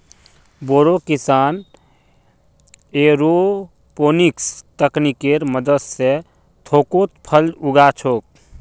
बोरो किसान एयरोपोनिक्स तकनीकेर मदद स थोकोत फल उगा छोक